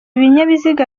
binyabiziga